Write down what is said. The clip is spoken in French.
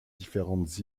différentes